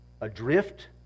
adrift